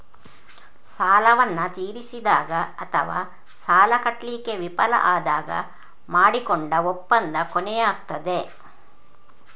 ಸಾಲವನ್ನ ತೀರಿಸಿದಾಗ ಅಥವಾ ಸಾಲ ಕಟ್ಲಿಕ್ಕೆ ವಿಫಲ ಆದಾಗ ಮಾಡಿಕೊಂಡ ಒಪ್ಪಂದ ಕೊನೆಯಾಗ್ತದೆ